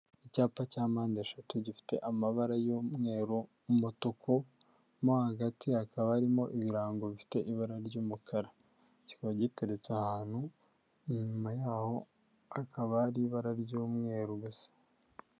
Icyapa cya mpande eshatu gifite amabara y'umweru, umutuku, mo hagati hakaba harimo ibirango bifite ibara ry'umukara, kikaba giteretse ahantu inyuma yaho hakaba hari ibara ry'umweru.